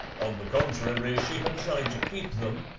on the contrary, she had tried to keep them,